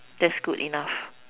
that's good enough